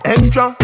Extra